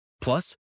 Plus